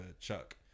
Chuck